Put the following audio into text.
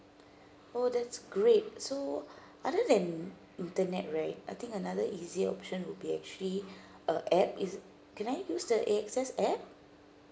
oh that's great so other than internet right I think another easier option would be actually a app is can I use the A_X_S app